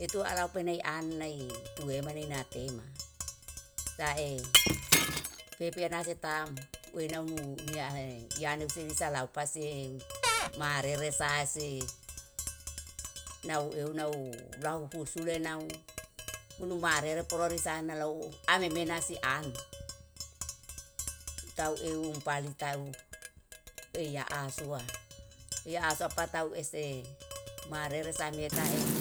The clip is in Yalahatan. Etu ara penei an nai tuwemane natema, lae pepe anase tam wenamu uniahe yane siri salau pase marere sasei nau euw nau raw husu lenau. Unu marere pororo sa nalou ame menasi an, tau euw pali tau eya ahsuwa. Eya ahsuwa patau ese marere sa same tae